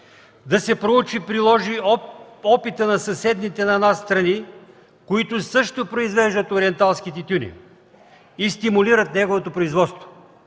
Да се проучи и приложи опитът на съседните на нас страни, които също произвеждат ориенталски тютюни и стимулират неговото производство.